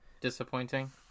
Disappointing